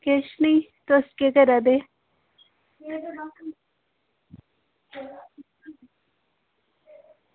किश नेईं तुस केह् करा दे